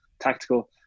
tactical